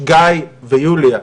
גיא ויוליה,